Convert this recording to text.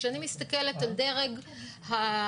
כשאני מסתכלת על דרג המג"דים,